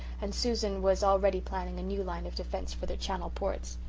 and susan was already planning a new line of defence for the channel ports.